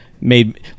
made